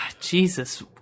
Jesus